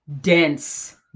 dense